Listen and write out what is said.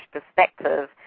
perspective